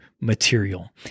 material